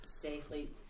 safely